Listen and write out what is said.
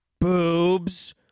boobs